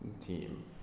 team